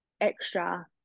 extra